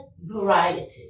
variety